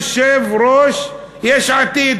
יושב-ראש יש עתיד,